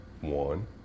one